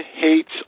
hates